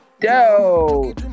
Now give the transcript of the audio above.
Doe